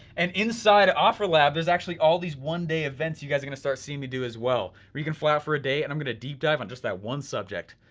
and inside offerlab there's actually all these one day events you guys are gonna start seeing me do as well, where you can fly out for a day, and i'm gonna deep dive on just that one subject.